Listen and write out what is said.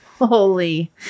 Holy